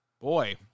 Boy